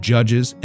Judges